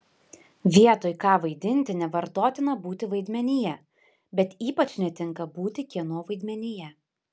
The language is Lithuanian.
vietoj ką vaidinti nevartotina būti vaidmenyje bet ypač netinka būti kieno vaidmenyje